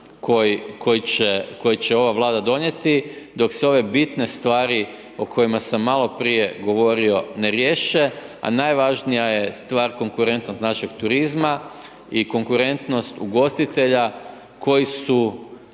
koji će ova Vlada donijeti dok se ove bitne stvari o kojima sam maloprije govorio ne riješe, a najvažnija je stvar konkurentnost našeg turizma i konkurentnost ugostitelja koji su